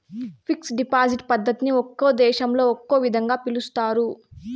fixed deposit పద్ధతిని ఒక్కో దేశంలో ఒక్కో విధంగా పిలుస్తారు